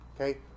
Okay